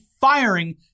firing